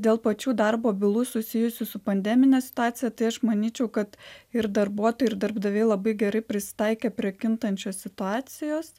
dėl pačių darbo bylų susijusių su pandemine situacija tai aš manyčiau kad ir darbuotojai ir darbdaviai labai gerai prisitaikė prie kintančios situacijos